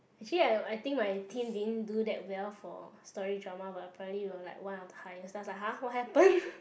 actually I I think my team didn't do that well for story drama but apparently we are like one of the highest like !huh! what happen